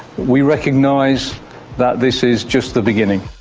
we recognise that this is just the beginning.